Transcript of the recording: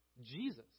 jesus